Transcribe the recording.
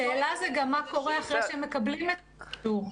השאלה היא מה שקורה אחרי שמקבלים את האישור.